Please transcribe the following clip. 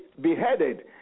beheaded